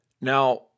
Now